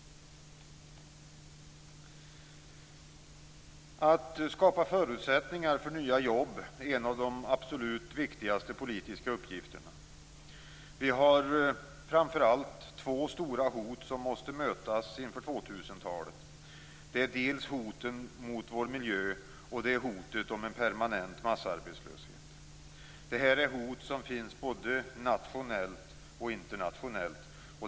Att skapa förutsättningar för nya jobb är en av de absolut viktigaste politiska uppgifterna. Vi har framför allt två stora hot som måste mötas inför 2000-talet. Det är dels hoten mot vår miljö, dels hotet om en permanent massarbetslöshet. Detta är hot som finns både nationellt och internationellt.